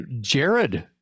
Jared